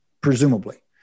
presumably